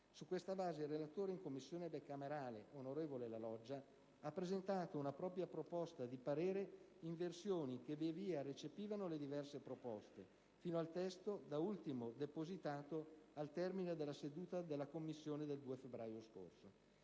Su questa base, il relatore in Commissione bicamerale, onorevole La Loggia, ha presentato una propria proposta di parere in versioni che via via recepivano le diverse proposte, fino al testo da ultimo depositato al termine della seduta della Commissione stessa del 2 febbraio scorso.